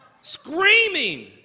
screaming